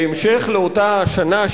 בהמשך לאותה שנה,